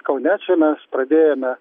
kaune čia mes pradėjome